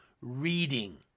reading